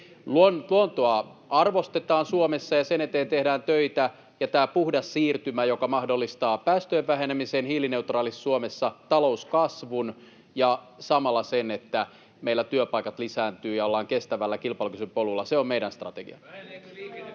Luontoa arvostetaan Suomessa ja sen eteen tehdään töitä. Ja tämä puhdas siirtymä, joka mahdollistaa päästöjen vähenemisen, hiilineutraalisuuden Suomessa, talouskasvun ja samalla sen, että meillä työpaikat lisääntyvät ja ollaan kestävällä, kilpailukykyisellä polulla, on meidän strategiamme.